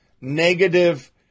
negative